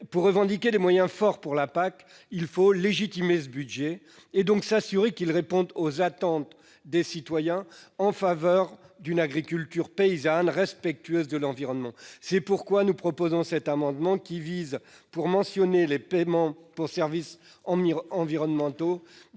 pour revendiquer des moyens forts pour la PAC, il faut légitimer son budget et donc s'assurer qu'il répond aux attentes des citoyens en faveur d'une agriculture paysanne respectueuse de l'environnement. C'est pourquoi nous proposons d'inclure la notion de paiements pour services environnementaux